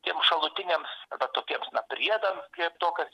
tiem šalutiniams arba tokiems na priedams prie to kas